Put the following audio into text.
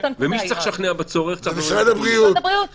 ומי שצריך לשכנע בצורך זה משרד הבריאות.